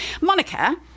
Monica